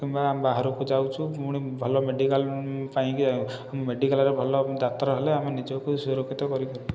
କିମ୍ବା ବାହାରକୁ ଯାଉଛୁ ପୁଣି ଭଲ ମେଡ଼ିକାଲ ପାଇଁକି ମେଡ଼ିକାଲରେ ଭଲ ଡାକ୍ତର ହେଲେ ଆମ ନିଜକୁ ସୁରକ୍ଷିତ କରିପାରୁ